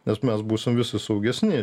nes mes būsim visi saugesni